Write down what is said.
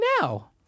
now